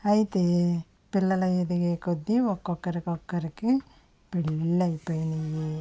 అయితే పిల్లలు ఎదిగే కొద్ది ఒక్కొక్కరొక్కరికి పెళ్లిళ్లు అయిపోయాయి